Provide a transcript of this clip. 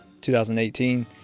2018